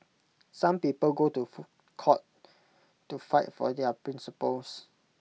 some people go to court to fight for their principles